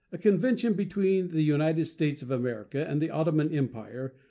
a convention between the united states of america and the ottoman empire,